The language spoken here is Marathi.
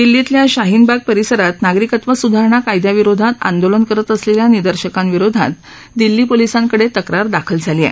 दिल्लीतल्या शाहीन बाग परिसरात नागरिकत्व सुधारणा कायद्याविरोधात आंदोलन करत असलेल्या निदर्शकांविरोधात दिल्ली पोलिसांकडे तक्रार दाखल झाली आहे